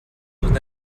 with